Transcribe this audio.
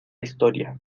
historia